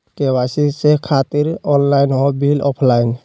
KYC से खातिर online हो बिल ऑफलाइन?